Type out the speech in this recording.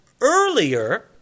earlier